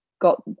got